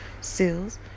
sales